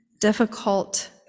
difficult